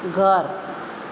ઘર